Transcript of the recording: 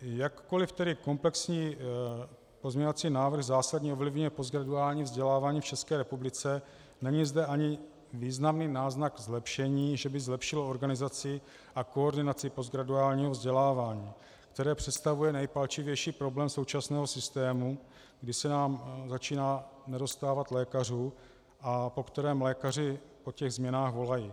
Jakkoliv tedy komplexní pozměňovací návrh zásadně ovlivňuje postgraduální vzdělávání v České republice, není zde ani významný náznak zlepšení, že by zlepšilo organizaci a koordinaci postgraduálního vzdělávání, které představuje nejpalčivější problém současného systému, kdy se nám začíná nedostávat lékařů, a po kterém lékaři, po těch změnách volají.